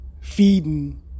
feeding